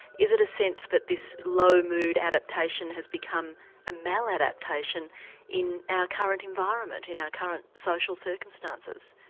is it a sense that this low mood adaptation has become a maladaptation in our current environment, in our current social circumstances?